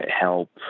help